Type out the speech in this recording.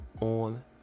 on